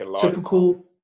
Typical